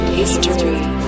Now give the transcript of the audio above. History